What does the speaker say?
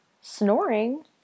snoring